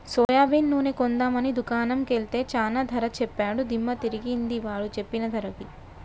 soybean నూనె కొందాం అని దుకాణం కెల్తే చానా ధర సెప్పాడు దిమ్మ దిరిగింది వాడు సెప్పిన ధరకి